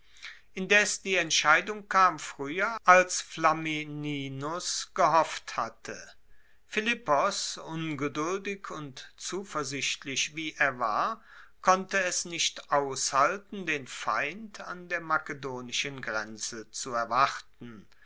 indes die entscheidung kam frueher als flamininus gehofft hatte philippos ungeduldig und zuversichtlich wie er war konnte es nicht aushalten den feind an der makedonischen grenze zu erwarten